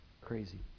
Crazy